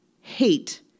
Hate